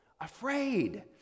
afraid